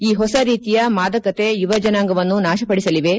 ಈ ಹೊಸ ರೀತಿಯ ಮಾದಕತೆ ಯುವಜನಾಂಗವನ್ನು ನಾಶಪಡಿಸಲಿವೆ